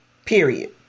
Period